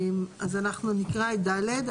נקרא את (ד).